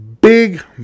big